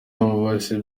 yamubajije